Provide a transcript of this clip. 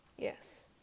Yes